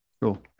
Cool